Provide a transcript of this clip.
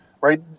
Right